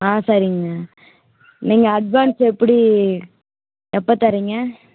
ஆ சரிங்க நீங்கள் அட்வான்ஸு எப்படி எப்போ தரீங்க